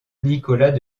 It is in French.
nicolas